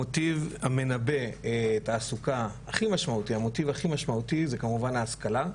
המוטיב הכי משמעותי המנבא תעסוקה הוא כמובן ההשכלה,